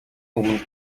өмнө